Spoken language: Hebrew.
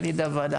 הישיבה נעולה.